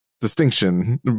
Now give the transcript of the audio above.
distinction